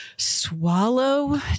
swallow